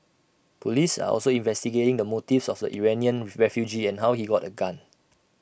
Police are also investigating the motives of the Iranian refugee and how he got A gun